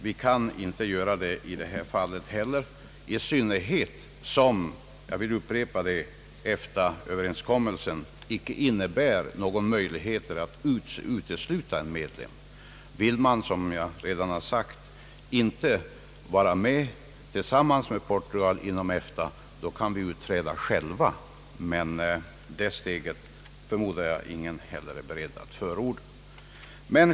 Vi kan inte göra det i det här sammanhanget heller, i synnerhet som — jag vill upprepa det — EFTA-överenskommelsen inte innebär några möjligheter att utesluta en medlem. Vill vi, som jag redan har sagt, inte vara med i EFTA tillsammans med Portugal, så kan vi utträda själva, men det steget förmodar jag att ingen är beredd att förorda.